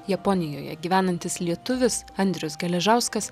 japonijoje gyvenantis lietuvis andrius geležauskas